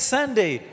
Sunday